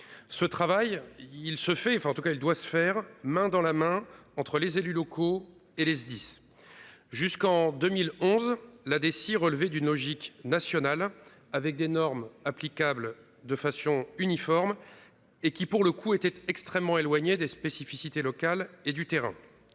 elle doit se faire main dans la main entre les élus locaux et les SDIS. Jusqu'en 2011, la déci relever d'une logique nationale avec des normes applicables 2 fassions uniforme et qui pour le coup était extrêmement éloigné des spécificités locales et du terrain.